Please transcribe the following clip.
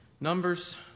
Numbers